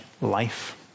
life